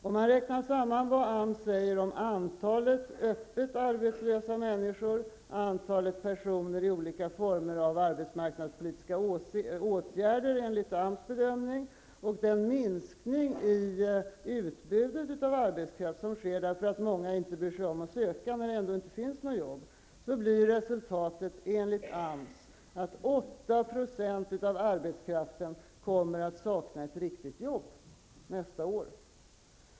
Om man räknar samman vad AMS säger om antalet öppet arbetslösa, antalet personer i olika former av arbetsmarknadspolitiska åtgärder enligt AMS bedömning och minskningen av utbudet av arbetskraft, därför att många inte bryr sig om att söka arbete när det ändå inte finns något, blir resultatet enligt AMS att 8 % av arbetskraften nästa år kommer att sakna ett riktigt arbete.